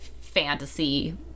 Fantasy